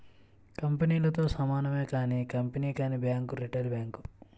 కంపెనీలతో సమానమే కానీ కంపెనీ కానీ బ్యాంక్ రిటైల్ బ్యాంక్